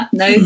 no